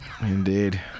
Indeed